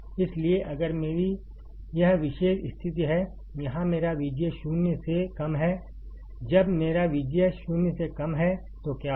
इसलिए अगर मेरी यह विशेष स्थिति है जहां मेरा VGS 0 से कम है जब मेरा VGS 0 से कम है तो क्या होगा